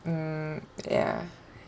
mm ya